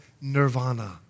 nirvana